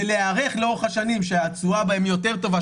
זה להיערך לאורך השנים שהתשואה בהן יותר טובה,